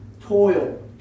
toil